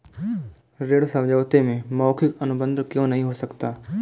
ऋण समझौते में मौखिक अनुबंध क्यों नहीं हो सकता?